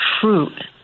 fruit